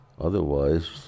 Otherwise